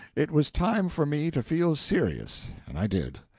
it was time for me to feel serious, and i did.